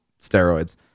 steroids